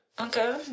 Okay